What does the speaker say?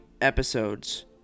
episodes